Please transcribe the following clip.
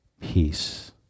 peace